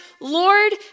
Lord